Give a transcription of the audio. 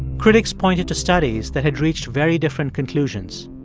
critics pointed to studies that had reached very different conclusions.